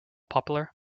popular